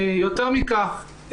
יותר מכך,